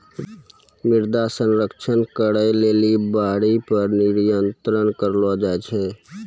मृदा संरक्षण करै लेली बाढ़ि पर नियंत्रण करलो जाय छै